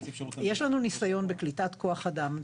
יש לנו ניסיון בקליטת כוח אדם.